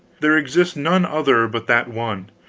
there exists none other but that one.